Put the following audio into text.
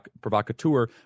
provocateur